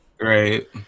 right